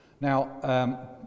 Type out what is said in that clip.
Now